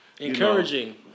encouraging